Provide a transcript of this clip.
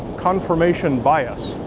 confirmation bias,